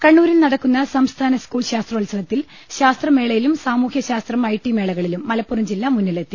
കണ്ണൂരിൽ നടക്കുന്ന സംസ്ഥാന സ്കൂൾ ശാസ്ത്രോത്സവത്തിൽ ശാസ്ത്രമേളയിലും സാമൂഹ്യ ശാസ്ത്രം ഐടി മേളകളിലും മല പ്പുറം ജില്ല മുന്നിലെത്തി